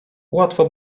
łatwo